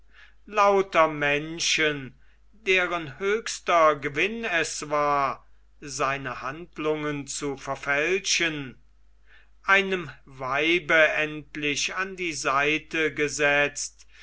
lauter menschen deren höchster gewinn es war seine handlungen zu verfälschen einem weibe endlich an die seite gesetzt